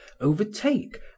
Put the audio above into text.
overtake